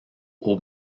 aux